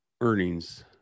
Earnings